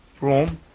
room